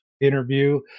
interview